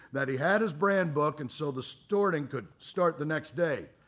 that he had his brand book and so the sorting could start the next day.